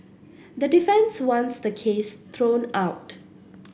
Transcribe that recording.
the defence wants the case thrown out